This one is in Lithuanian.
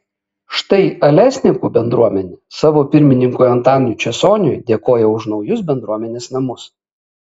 štai alesninkų bendruomenė savo pirmininkui antanui česoniui dėkoja už naujus bendruomenės namus